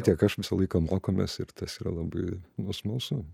tiek aš visą laiką mokomės ir tas yra labai nu smalsu